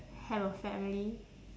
have a family